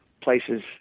places